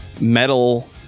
metal